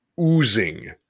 oozing